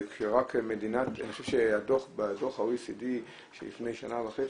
אני חושב שדוח ה-OECD מלפני שנה וחצי,